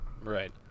Right